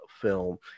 film